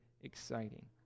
exciting